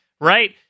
right